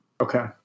Okay